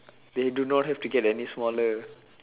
they do not have to get any smaller